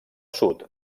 sud